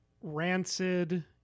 Rancid